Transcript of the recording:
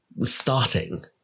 starting